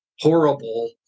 horrible